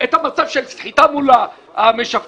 את המצב של שחיטה מול המשווקים.